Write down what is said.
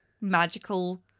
magical